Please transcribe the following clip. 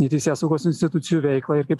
į teisėsaugos institucijų veiklą ir kaip